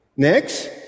Next